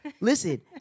Listen